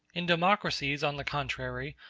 in democracies, on the contrary,